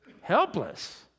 helpless